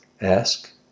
Ask